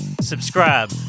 subscribe